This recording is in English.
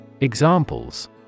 Examples